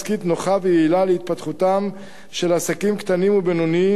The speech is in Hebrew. נוחה ויעילה להתפתחותם של עסקים קטנים ובינוניים,